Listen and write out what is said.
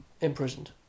imprisoned